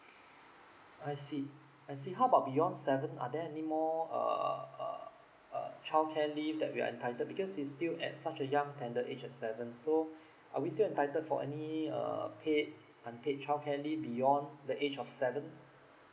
I see I see how about beyond seven are there any more err err err childcare leave that we're entitled because he's still at such a young tender age of seven so are we still entitled for any uh paid unpaid childcare leave beyond the age of seven